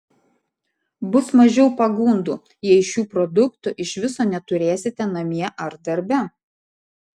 bus mažiau pagundų jei šių produktų iš viso neturėsite namie ar darbe